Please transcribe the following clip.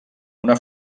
una